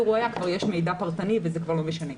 הוא היה כבר יש מידע פרטני וזה כבר לא משנה.